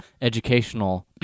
educational